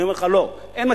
אני אומר לך: לא,